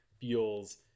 feels